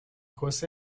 کوس